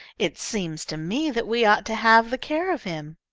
it seems to me that we ought to have the care of him.